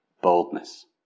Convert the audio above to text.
boldness